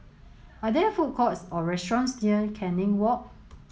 are there food courts or restaurants near Canning Walk